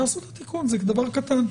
תעשו את התיקון זה דבר קטן,